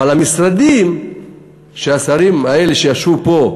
אבל המשרדים של השרים האלה שישבו פה,